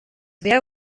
wer